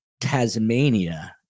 Tasmania